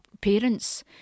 parents